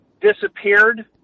disappeared